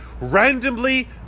randomly